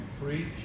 preach